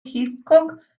hitchcock